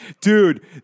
Dude